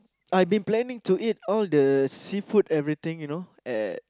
I've been planning to eat all the seafood everything you know at